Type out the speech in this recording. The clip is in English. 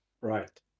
Right